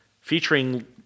featuring